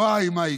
וואי, מה יקרה,